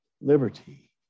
liberty